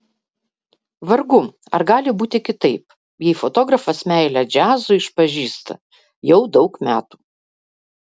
vargu ar gali būti kitaip jei fotografas meilę džiazui išpažįsta jau daug metų